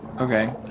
Okay